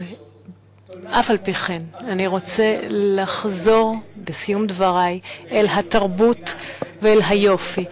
אף-על-פי-כן אני רוצה לחזור בסיום דברי אל התרבות ואל היופי.